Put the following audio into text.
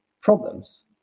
problems